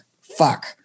fuck